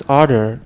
order